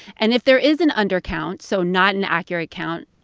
and if there is an undercount, so not an accurate count,